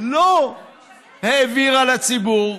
לא העבירה לציבור,